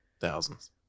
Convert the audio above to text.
thousands